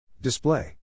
Display